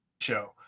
show